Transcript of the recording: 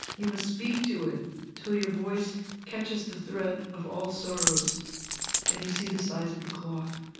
you must speak to it till your voice catches the thread of all sorrows and you see the size of the cloth.